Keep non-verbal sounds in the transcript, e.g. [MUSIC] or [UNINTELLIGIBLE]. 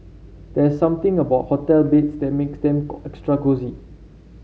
there something about hotel beds that makes them [UNINTELLIGIBLE] extra cosy